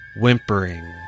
whimpering